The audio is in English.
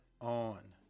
on